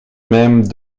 même